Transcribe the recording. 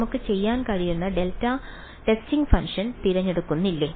നമുക്ക് ചെയ്യാൻ കഴിയുന്ന ഡെൽറ്റ ടെസ്റ്റിംഗ് ഫംഗ്ഷൻ തിരഞ്ഞെടുക്കുന്നില്ലേ